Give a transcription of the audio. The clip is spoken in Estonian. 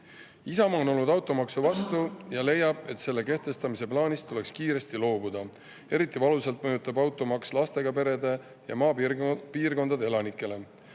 on olnud automaksu vastu ja leiab, et selle kehtestamise plaanist tuleks kiiresti loobuda. Eriti valusalt mõjub automaks lastega peredele ja maapiirkondade elanikele.